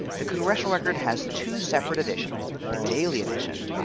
the congressional record has two separate editions, the daily edition,